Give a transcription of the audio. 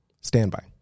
Standby